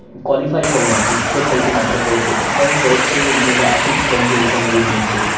qualify करणं इतकंच काही ते मॅटर करत होतं त्यामुळे बरेचशे मुलं अशीच जाऊन ते एक्झाम देऊन यायचे